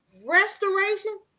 restoration